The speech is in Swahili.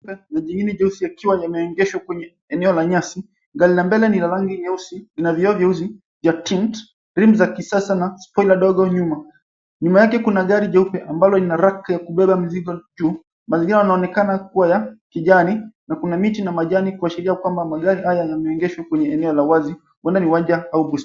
Jengine jeusi yakiwa yamegeshwa kwenye eneo la nyasi. Gari la mbele ni la rangi nyeusi na vioo vyeusi vya tint , rim za kisasa na spoiler dogo nyuma. Nyuma yake kuna gari jeupe ambalo lina rack ya kubeba mizigo juu. Mazingira yanaoenakana kua ya kijani na kuna miti na majani kuashiria kwamba magari haya yameegeshwa kwenye eneo la wazi huenda ni uwanja au bustani.